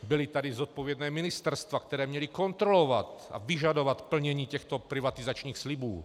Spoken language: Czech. Byla tady zodpovědná ministerstva, která měla kontrolovat a vyžadovat plnění těchto privatizačních slibů.